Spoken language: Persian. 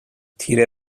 تیره